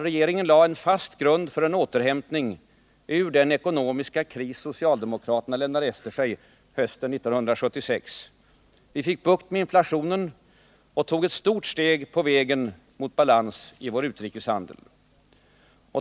Regeringen lade en fast grund för en återhämtning ur den ekonomiska kris socialdemokraterna lämnade efter sig hösten 1976. Vi fick bukt med inflationen och tog ett stort steg på vägen mot balans i vår utrikeshandel.